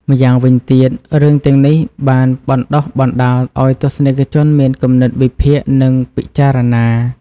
ម្យ៉ាងវិញទៀត រឿងទាំងនេះក៏បានបណ្តុះបណ្តាលឲ្យទស្សនិកជនមានគំនិតវិភាគនិងពិចារណា។